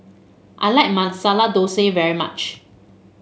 I like Masala Dosa very much